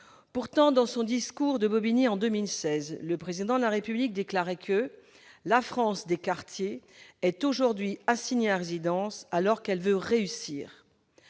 Pourtant, dans son discours de Bobigny, en 2016, le Président de la République déclarait :« La France des quartiers est aujourd'hui assignée à résidence, alors qu'elle veut réussir.